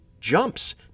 jumps